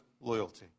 loyalty